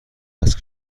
است